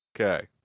Okay